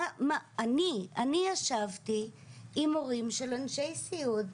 אני ישבתי עם הורים של אנשי סיעוד,